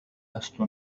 لست